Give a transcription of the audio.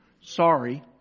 Sorry